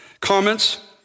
comments